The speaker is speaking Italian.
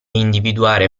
individuare